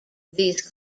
these